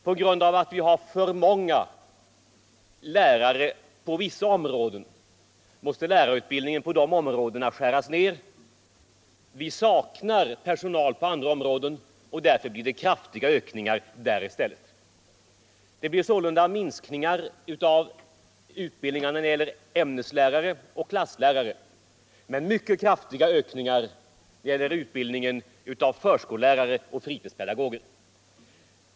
På grund av att vi har för många lärare på vissa områden måste lärarutbildningen på dessa områden skäras ned. På andra områden saknas personal, och därför sker kraftiga ökningar där. Det blir sålunda minskningar i utbildningen av ämneslärare och klasslärare men mycket kraftiga ökningar i utbildningen av förskollärare och fritidspedagoger.